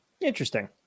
Interesting